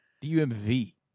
D-U-M-V